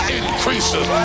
increases